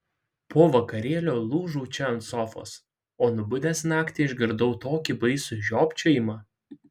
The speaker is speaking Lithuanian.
po vakarėlio lūžau čia ant sofos o nubudęs naktį išgirdau tokį baisų žiopčiojimą